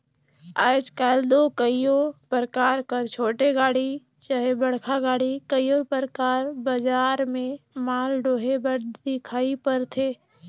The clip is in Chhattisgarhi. आएज काएल दो कइयो परकार कर छोटे गाड़ी चहे बड़खा गाड़ी कइयो परकार बजार में माल डोहे बर दिखई परथे